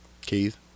Keith